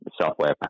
software